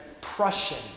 Prussian